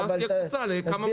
אמיר,